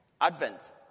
Advent